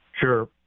Sure